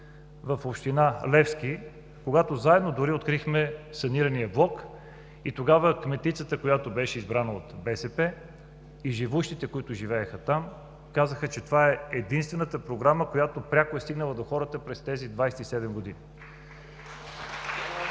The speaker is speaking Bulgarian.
в община Левски, когато заедно открихме санирания блок, тогава кметицата, която беше избрана от БСП и живущите там, казаха, че това е единствената Програма, която пряко е стигнала до хората през тези 27 години.